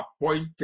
appointed